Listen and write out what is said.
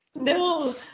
No